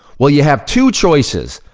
well, you have two choices.